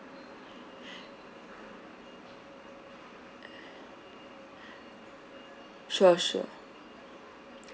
sure sure